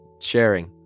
sharing